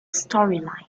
storyline